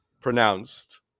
pronounced